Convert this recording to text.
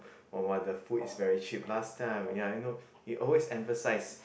!wah! !wah! the food is very cheap last time ya you know he always emphasise